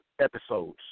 episodes